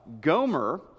Gomer